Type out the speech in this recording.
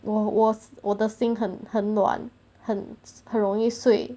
我我我的心很软很容易碎